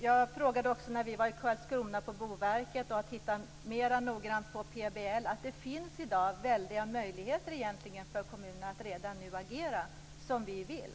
När vi var på Boverket i Karlskrona och tittade mer noggrant på PBL sade jag också att det egentligen redan i dag finns stora möjligheter för kommunerna att agera som vi vill.